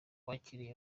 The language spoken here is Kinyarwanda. wakiriye